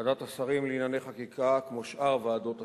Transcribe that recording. ועדת השרים לענייני חקיקה, כמו שאר ועדות השרים,